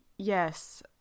yes